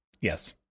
yes